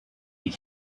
you